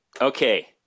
Okay